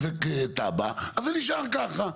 אז זה נשאר ככה.